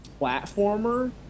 platformer